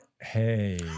Hey